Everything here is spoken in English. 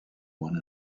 one